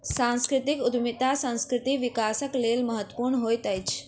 सांस्कृतिक उद्यमिता सांस्कृतिक विकासक लेल महत्वपूर्ण होइत अछि